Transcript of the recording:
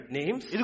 names